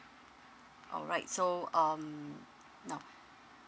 alright so um now